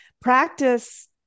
Practice